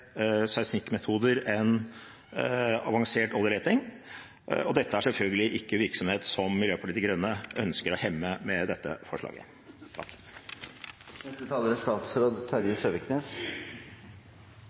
avansert oljeleting. Dette er selvfølgelig ikke virksomhet Miljøpartiet De Grønne ønsker å hemme med dette forslaget. Som flere representanter har vært inne på, er